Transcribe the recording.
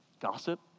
gossip